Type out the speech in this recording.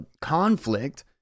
conflict